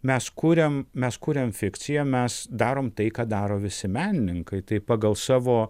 mes kuriam mes kuriam fikciją mes darom tai ką daro visi menininkai tai pagal savo